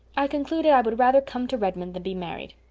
i concluded i would rather come to redmond than be married.